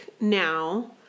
now